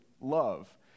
love